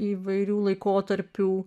įvairių laikotarpių